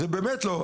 זה באמת לא.